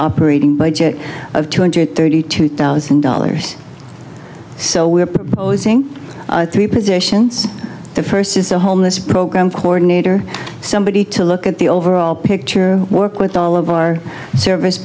operating budget of two hundred thirty two thousand dollars so we're proposing three positions the first is the homeless program coordinator somebody to look at the overall picture work with all of our service